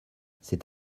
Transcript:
c’est